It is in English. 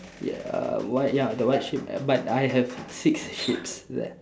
ya uh white ya the white sheep but I have six sheeps there